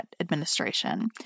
Administration